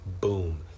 boom